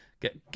get